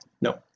No